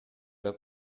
pas